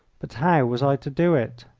but how was i to do it?